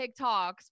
TikToks